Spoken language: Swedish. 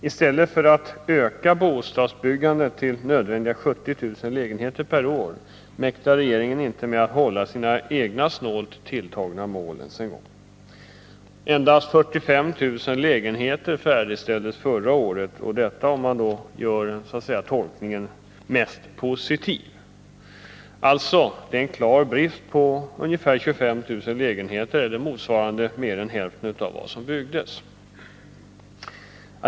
I stället för att öka bostadsbyggandet till nödvändiga 70 000 lägenheter per år mäktar regeringen inte ens att hålla sina egna snålt tilltagna mål. Endast 45 000 lägenheter färdigställdes förra året — detta om man gör den mest positiva tolkningen. Det är alltså en klar brist på ca 25 000 lägenheter eller motsvarande mer än hälften av vad som byggdes.